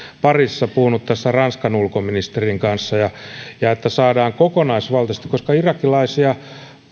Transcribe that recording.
pariisissa puhunut tästä ranskan ulkoministerin kanssa että saadaan kokonaisvaltaisesti koska irakilaisia